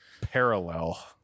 Parallel